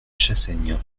chassaigne